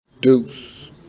deuce